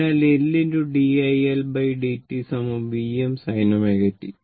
അതിനാൽ L d iLdt Vm sin ω t